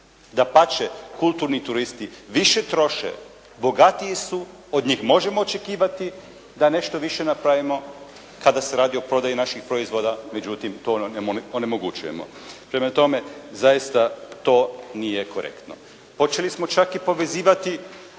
Dapače, kulturni turisti više troše, bogatiji su, od njih možemo očekivati da nešto više napravimo kada se radi o prodaji naših proizvoda. Međutim, to onemogućujemo. Prema tome, zaista to nije korektno. Počeli smo čak i povezivati